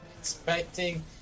expecting